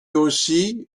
aussi